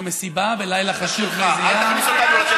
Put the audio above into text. מסיבה בלילה חשוך לעולם אל תכניס אותנו,